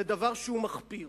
זה דבר שהוא מחפיר.